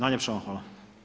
Najljepša vam hvala.